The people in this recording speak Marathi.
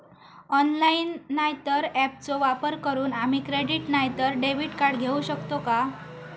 ऑनलाइन नाय तर ऍपचो वापर करून आम्ही क्रेडिट नाय तर डेबिट कार्ड घेऊ शकतो का?